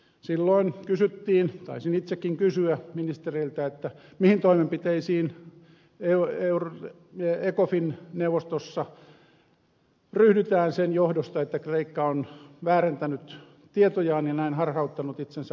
silloin kysyttiin taisin itsekin kysyä ministereiltä mihin toimenpiteisiin ecofin neuvostossa ryhdytään sen johdosta että kreikka on väärentänyt tietojaan ja näin harhauttanut itsensä euroalueeseen